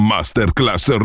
Masterclass